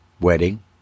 Wedding